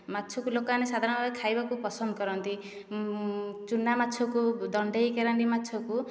ମାଛକୁ ଲୋକମାନେ ସାଧାରଣତଃ ଖାଇବାକୁ ପସନ୍ଦ କରନ୍ତି ଚୁନା ମାଛକୁ ଦଣ୍ଡେଇ କେରାଣ୍ଡି ମାଛ କୁ